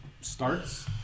starts